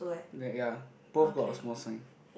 ya both got a small sign